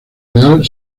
real